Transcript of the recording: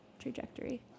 trajectory